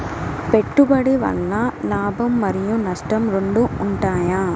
పెట్టుబడి వల్ల లాభం మరియు నష్టం రెండు ఉంటాయా?